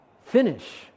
Finish